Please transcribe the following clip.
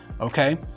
Okay